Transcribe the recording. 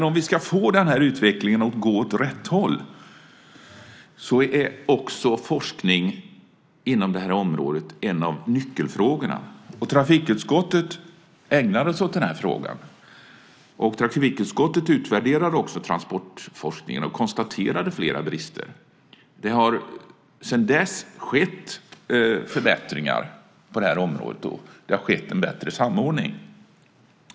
Om vi ska få den här utvecklingen att gå åt rätt håll är också forskning inom det här området en av nyckelfrågorna. Trafikutskottet ägnade sig åt den här frågan. Trafikutskottet utvärderade också transportforskningen och konstaterade flera brister. Sedan dess har det skett förbättringar på det här området. Det har skett en bättre samordning.